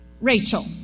Rachel